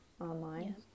online